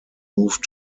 moved